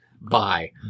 Bye